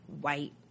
white